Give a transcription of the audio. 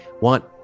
want